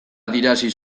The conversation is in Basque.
adierazi